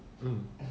mm